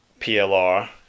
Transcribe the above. PLR